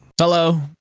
Hello